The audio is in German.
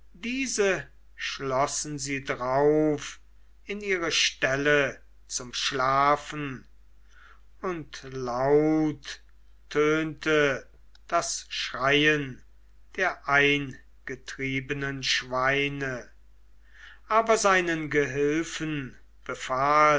diese schlossen sie drauf in ihre ställe zum schlafen und laut tönte das schreien der eingetriebenen schweine aber seinen gehilfen befahl